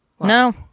no